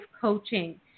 Coaching